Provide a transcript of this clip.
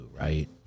right